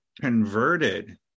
converted